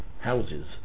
houses